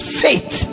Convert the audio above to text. faith